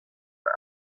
for